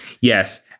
Yes